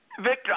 Victor